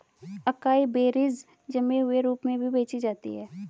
acai berries जमे हुए रूप में भी बेची जाती हैं